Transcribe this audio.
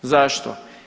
Zašto?